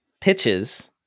pitches